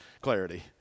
clarity